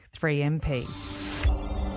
3MP